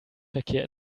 verkehr